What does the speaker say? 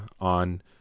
on